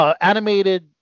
Animated